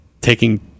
taking